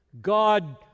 God